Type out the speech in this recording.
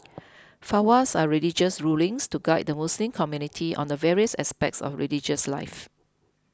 fatwas are religious rulings to guide the Muslim community on the various aspects of religious life